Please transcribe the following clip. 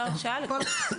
לדעתי,